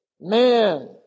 man